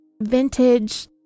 vintage